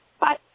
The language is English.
Bye